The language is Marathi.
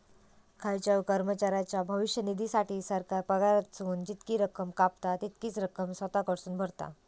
खायच्याव कर्मचाऱ्याच्या भविष्य निधीसाठी, सरकार पगारातसून जितकी रक्कम कापता, तितकीच रक्कम स्वतः कडसून भरता